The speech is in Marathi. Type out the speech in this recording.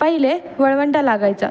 पहिले वळवंडा लागायचा